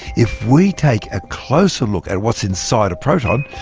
if we take a closer look at what's inside a proton,